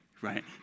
right